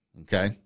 Okay